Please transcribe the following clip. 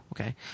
Okay